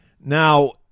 Now